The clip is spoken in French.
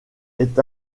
est